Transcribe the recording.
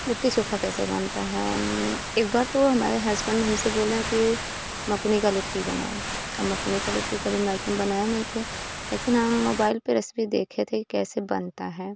लिट्टी चोखा कैसे बनता है एक बार तो हमारे हसबैंड हमसे बोले कि मकुनी का लिट्टी बनाओ अब मकुनी का लिट्टी कभी मायके में बनाए नहीं थे लेकिन हम मोबाइल पर रेसिपी देखे थे कैसे बनता है